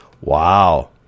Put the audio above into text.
Wow